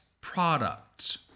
products